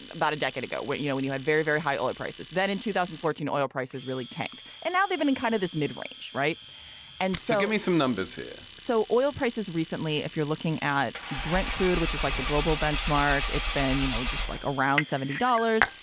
about a decade ago, where, you know, when you had very, very high oil prices, then in two thousand and fourteen, oil prices really tanked. and now they've been in kind of this mid range. right and so me some numbers here. so oil prices recently, if you're looking at brent crude, which is like the global benchmark, it's been, you know, just like around seventy dollars.